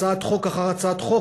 הצעת חוק אחר הצעת חוק,